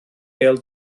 bêl